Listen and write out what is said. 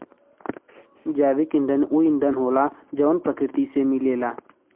जैविक ईंधन ऊ ईंधन होला जवन प्रकृति से मिलेला